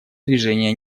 движения